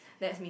that's mean